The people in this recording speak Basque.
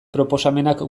proposamenak